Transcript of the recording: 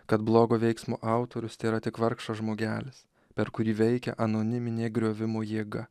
kad blogo veiksmo autorius tėra tik vargšas žmogelis per kurį veikia anoniminė griovimo jėga